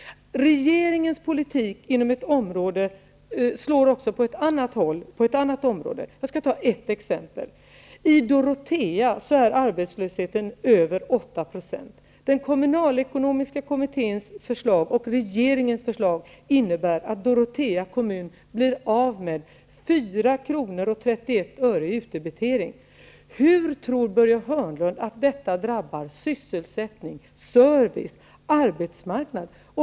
Regeringens politik slår också på ett annat område. Jag skall ta ett exempel. I Dorotea är arbetslösheten över 8 %. Den kommunalekonomiska kommitténs och regeringens förslag innebär att Dorotea kommun blir av med 4:31 kr. i utdebitering. Hur tror Börje Hörnlund att detta drabbar sysselsättning, service och arbetsmarknad?